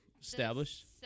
Established